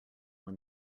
when